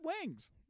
wings